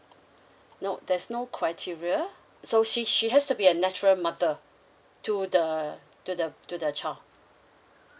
no there's no criteria so she she has to be a natural mother to the to the to the child